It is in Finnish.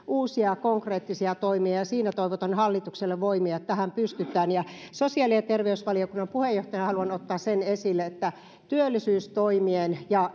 uusia konkreettisia toimia ja ja siinä toivotan hallitukselle voimia että tähän pystytään sosiaali ja terveysvaliokunnan puheenjohtajana haluan ottaa esille sen että työllisyystoimien ja